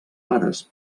pares